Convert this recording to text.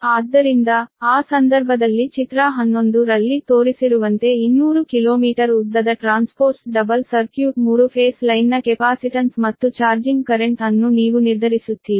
ಆದ್ದರಿಂದ ಆ ಸಂದರ್ಭದಲ್ಲಿ ಚಿತ್ರ 11 ರಲ್ಲಿ ತೋರಿಸಿರುವಂತೆ 200 ಕಿಲೋಮೀಟರ್ ಉದ್ದದ ಟ್ರಾನ್ಸ್ಪೋಸ್ಡ್ ಡಬಲ್ ಸರ್ಕ್ಯೂಟ್ 3 ಫೇಸ್ ಲೈನ್ನ ಕೆಪಾಸಿಟನ್ಸ್ ಮತ್ತು ಚಾರ್ಜಿಂಗ್ ಕರೆಂಟ್ ಅನ್ನು ನೀವು ನಿರ್ಧರಿಸುತ್ತೀರಿ